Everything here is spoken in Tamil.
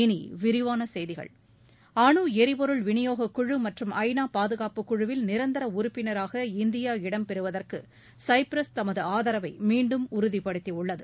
இனி விரிவான செய்திகள் அனு எரிபொருள் விநியோக குழு மற்றும் ஐ நா பாதுகாப்பு குழுவில் நிரந்திர உறுப்பினராக இந்தியா இடம் பெறுவதற்கு சைப்ரஸ் தமது ஆதரவை மீண்டும் உறுதிப்படுத்தியுள்ளது